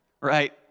Right